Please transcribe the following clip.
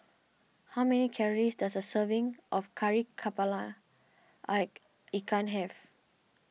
how many calories does a serving of Kari Kepala Ike Ikan have